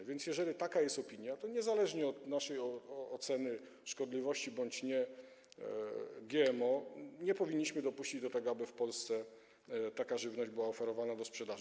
A więc jeżeli taka jest opinia, to niezależnie od naszej oceny dotyczącej szkodliwości bądź nie GMO nie powinniśmy dopuścić do tego, aby w Polsce taka żywność była oferowana do sprzedaży.